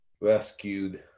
rescued